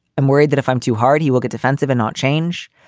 i'm worried that if i'm too hard, he will get defensive and not change.